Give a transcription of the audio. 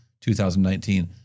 2019